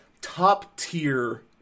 top-tier